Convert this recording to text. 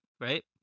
right